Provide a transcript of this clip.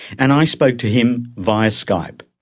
and i spoke to him via skype.